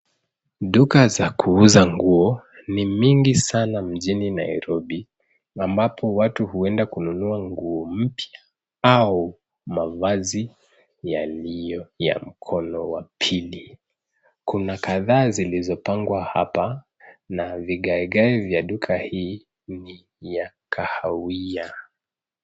Duka za kuuza nguo ni mingi sana mjini Nairobi ambapo watu huenda kununua nguo mpya au mavazi yaliyo ya mkono wa pili. Kuna kadhaa zilizopangwa hapa na vigae gae vya duka hii ni ya kahawia.